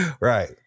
Right